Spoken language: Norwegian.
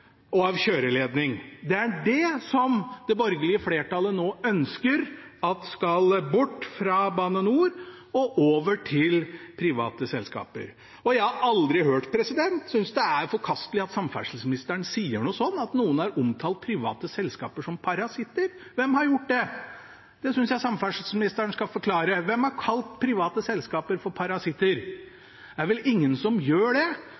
signalanlegg og kjøreledning. Det er det det borgerlige flertallet nå ønsker skal bort fra Bane NOR og over til private selskaper. Jeg synes det er forkastelig at samferdselsministeren sier noe sånt som at noen har omtalt private selskaper som parasitter. Hvem har gjort det? Det syns jeg samferdselsministeren skal forklare. Hvem har kalt private selskaper for parasitter? Det er vel ingen som gjør det.